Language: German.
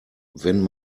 wenn